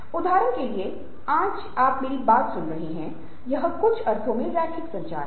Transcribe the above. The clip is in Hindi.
उदाहरण के लिए आज आप मेरी बात सुन रहे हैं यह कुछ अर्थों में रैखिक संचार है